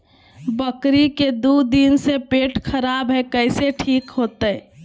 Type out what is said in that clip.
बकरी के दू दिन से पेट खराब है, कैसे ठीक होतैय?